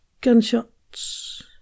gunshots